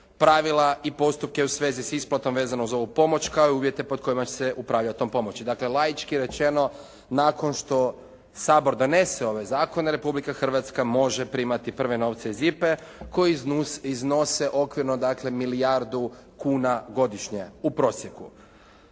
pravila i postupke u svezi s isplatom vezano za ovu pomoć kao i uvjete pod kojima se upravlja tom pomoći. Dakle laički rečeno nakon što Sabor donese ovaj zakon, Republika Hrvatska može primati prve novce iz IPA-e koji iznose okvirno dakle milijardu kuna godišnje u prosjeku.I